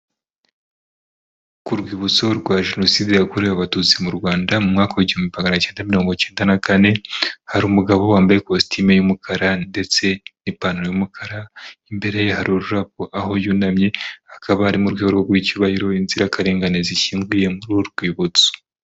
Ku rwibutso rwa jenoside yakorewe abatutsi mu Rwanda mu mwaka w’ibihumbi kimwe magana cyenda na kane hari umugabo wambaye ikositimu y'umukara ndetse n'ipantaro y'umukara imbere ye hari ururabo aho yunamye hakaba ari mu rwego rwo guha icyubahiro inzirakarengane zishyinguye muri uru rwibutso.